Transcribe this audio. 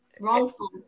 wrongful